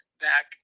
Back